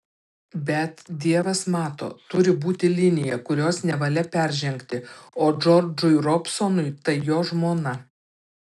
bet dievas mato turi būti linija kurios nevalia peržengti o džordžui robsonui tai jo žmona